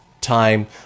time